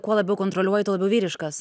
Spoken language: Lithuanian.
kuo labiau kontroliuoju tuo labiau vyriškas